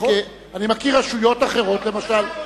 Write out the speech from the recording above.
אני מכיר רשויות אחרות, למשל,